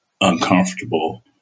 uncomfortable